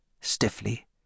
Stiffly